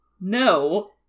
no